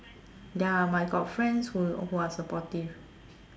ya my got friends who who are supportive